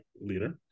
leader